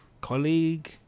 colleague